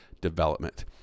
development